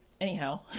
anyhow